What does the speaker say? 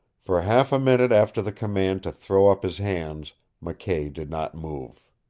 for half a minute after the command to throw up his hands mckay did not move.